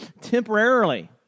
temporarily